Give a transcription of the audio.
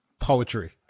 Poetry